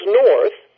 north